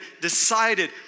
decided